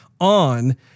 on